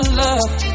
love